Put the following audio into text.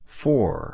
four